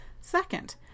Second